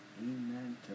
Amen